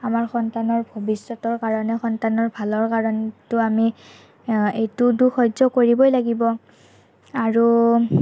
আমাৰ সন্তানৰ ভৱিষ্যতৰ কাৰণে সন্তানৰ ভালৰ কাৰণেতো আমি এইটোতো সহ্য কৰিবই লাগিব আৰু